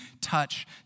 touch